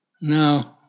no